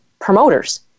promoters